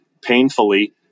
painfully